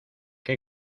qué